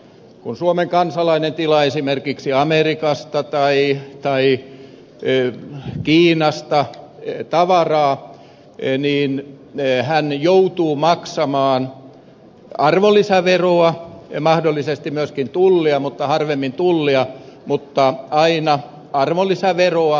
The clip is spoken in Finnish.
kun suomen kansalainen tilaa esimerkiksi amerikasta tai kiinasta tavaraa hän joutuu maksamaan arvonlisäveroa ja mahdollisesti myöskin tullia harvemmin tullia mutta aina arvonlisäveroa